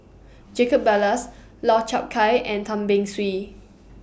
Jacob Ballas Lau Chiap Khai and Tan Beng Swee